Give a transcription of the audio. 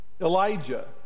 Elijah